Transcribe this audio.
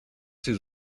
ses